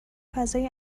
فضای